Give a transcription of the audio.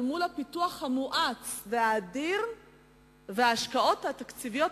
הפיתוח המואץ והאדיר וההשקעות התקציביות